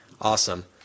awesome